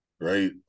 right